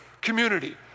community